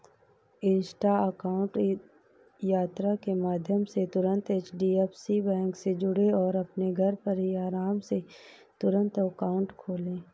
Insta account यात्रा के माध्यम से तुरंत एच.डी.एफ.सी बैंक से जुड़ें और अपने घर पर ही आराम से तुरंत अकाउंट खोले